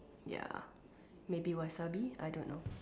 ya maybe wasabi I don't know